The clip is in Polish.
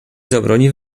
zabroni